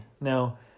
Now